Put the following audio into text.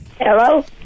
Hello